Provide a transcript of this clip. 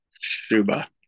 Shuba